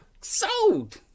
sold